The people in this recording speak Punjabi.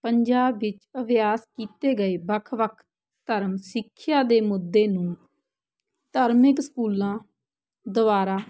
ਪੰਜਾਬ ਵਿੱਚ ਅਭਿਆਸ ਕੀਤੇ ਗਏ ਵੱਖ ਵੱਖ ਧਰਮ ਸਿੱਖਿਆ ਦੇ ਮੁੱਦੇ ਨੂੰ ਧਾਰਮਿਕ ਸਕੂਲਾਂ ਦੁਆਰਾ